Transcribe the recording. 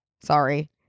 sorry